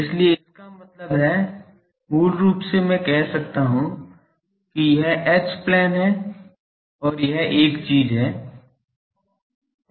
इसलिए इसका मतलब है मूल रूप से मैं कह सकता हूं कि यह H प्लेन है और यह एक चीज है